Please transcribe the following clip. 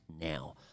now